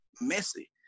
messy